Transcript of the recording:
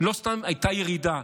לא סתם הייתה ירידה,